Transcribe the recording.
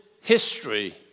history